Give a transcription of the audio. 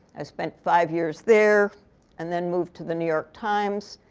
i spent five years there and then moved to the new york times.